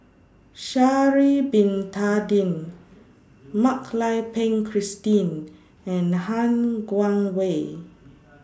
Sha'Ari Bin Tadin Mak Lai Peng Christine and Han Guangwei